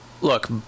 look